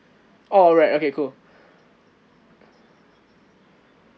alright okay cool